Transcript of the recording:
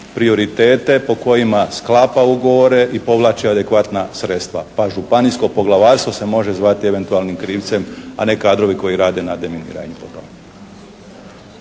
prioritete po kojima sklapa ugovore i povlači adekvatna sredstva pa županijsko poglavarstvo se može zvati eventualnim krivcem, a ne kadrovi koji rade na deminiranju.